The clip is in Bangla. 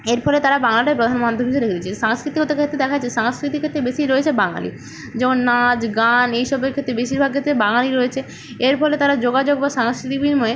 এর ফলে তারা বাংলাটাই প্রধান মাধ্যম হিসেবে ধরেছে সাংস্কৃতিগত ক্ষেত্রে দেখা যাচ্ছে সাংস্কৃতিক ক্ষেত্রে বেশি রয়েছে বাঙালি যেমন নাচ গান এই সবের ক্ষেত্রে বেশিরভাগ ক্ষেত্রে বাঙালি রয়েছে এর ফলে তারা যোগাযোগ বা সাংস্কৃতিক বিনিময়ে